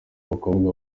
bakobwa